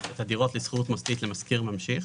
את הדירות לשכירות מוסדית למשכיר ממשיך,